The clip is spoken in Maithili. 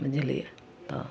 बुझलिए तऽ